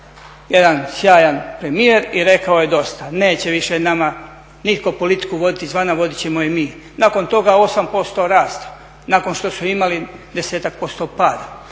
jedan sjajan premijer i rekao je dosta, neće više nama nitko politiku voditi izvana, voditi ćemo je mi. Nakon toga 8% rasta, nakon što su imali 10-ak posto pada.